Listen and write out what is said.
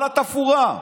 כל התפאורה.